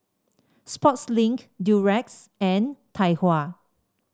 Sportslink Durex and Tai Hua